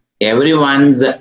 everyone's